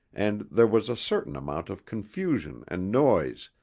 and there was a certain amount of confusion and noise,